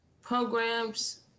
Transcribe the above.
programs